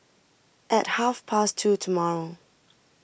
at half past two tomorrow